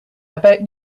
about